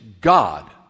God